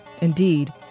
indeed